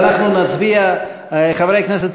חברי הכנסת,